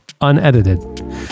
unedited